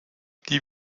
die